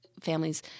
families